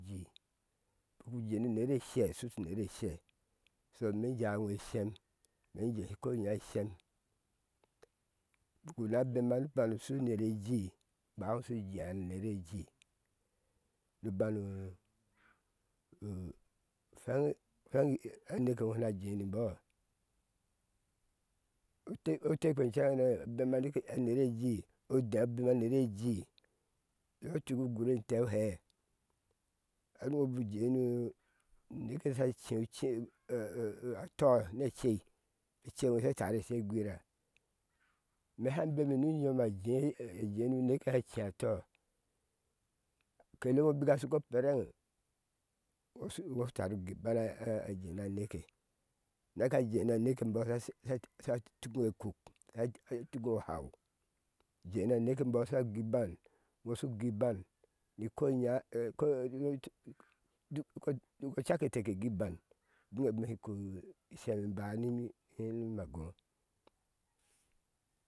Jii ku jenu nere shea shuku shu nere hea so so me jau shem me jehe kɔ nya shem buku na bɛma nu shu nere jii gba iŋoshu jea nu nere jii nu banu fheŋ aneke iŋo shuna jea ni bɔɔ ote otekpe cheŋ heneŋ obɛma anere jii odé bɛma anere jii yɔtuk ugur tɛɛ hɛa ɛti bu jee nuke ye sha chem uchen a tɔy ne echei a chei iŋo she tare sho she gwira meha bɛmi nu yom a jee nu neke ayeh sha chɛ atɔy kele iŋo baka shokɔ peren iŋo shu tara góó ibana jea naneke naka jee na neke bɔɔ sha tukiŋo kuksha tuiŋo uhau jeena anekebɔɔ sha góó ibam iŋo shu góó iban ni kɔ nya kɔ caketeh ke góó iban ubiŋye shi ki shem ba nima a gó